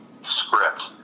script